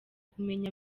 kumenya